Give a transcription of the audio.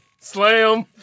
slam